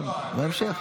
אבל בהמשך.